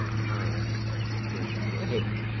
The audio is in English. my offence is rank,